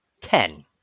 Ten